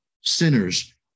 sinners